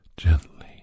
Gently